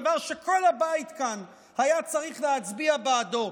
דבר שכל הבית כאן היה צריך להצביע בעדו,